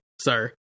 Sir